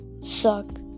Suck